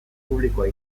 publikoa